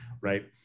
Right